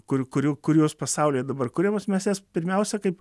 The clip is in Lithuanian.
kur kurių kurios pasaulyje dabar kuriamos mes jas pirmiausia kaip